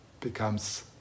becomes